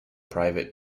private